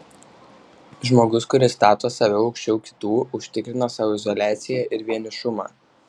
žmogus kuris stato save aukščiau kitų užtikrina sau izoliaciją ir vienišumą